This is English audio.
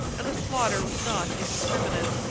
and the slaughter was not indiscriminate.